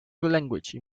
language